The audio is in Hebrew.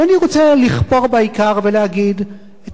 ואני רוצה לכפור בעיקר ולהגיד: את